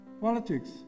politics